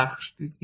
task কি